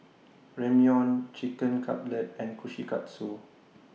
Ramyeon Chicken Cutlet and Kushikatsu